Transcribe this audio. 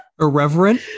irreverent